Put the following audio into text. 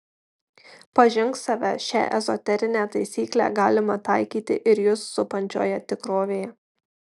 pažink save šią ezoterinę taisyklę galima taikyti ir jus supančioje tikrovėje